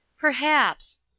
Perhaps